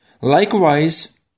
Likewise